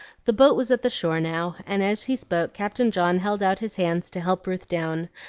the boat was at the shore now and as he spoke captain john held out his hands to help ruth down,